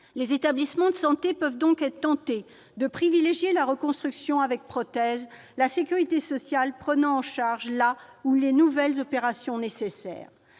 Les établissements de santé peuvent donc être tentés de privilégier la reconstruction avec prothèse, la sécurité sociale prenant en charge la ou les nouvelles opérations nécessaires.